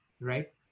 right